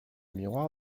miroir